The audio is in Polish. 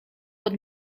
pod